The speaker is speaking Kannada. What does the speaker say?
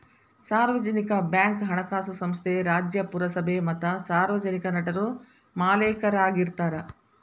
ಸಾರ್ವಜನಿಕ ಬ್ಯಾಂಕ್ ಹಣಕಾಸು ಸಂಸ್ಥೆ ರಾಜ್ಯ, ಪುರಸಭೆ ಮತ್ತ ಸಾರ್ವಜನಿಕ ನಟರು ಮಾಲೇಕರಾಗಿರ್ತಾರ